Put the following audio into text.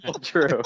True